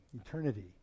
eternity